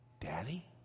Daddy